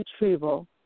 Retrieval